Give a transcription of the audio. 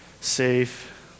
safe